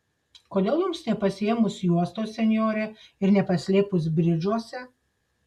kodėl jums nepasiėmus juostos senjore ir nepaslėpus bridžuose